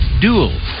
DUAL